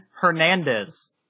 Hernandez